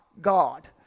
God